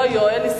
לא יואל.